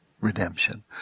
redemption